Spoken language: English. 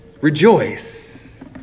rejoice